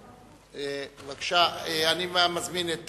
בבקשה, אני מזמין את